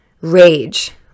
Rage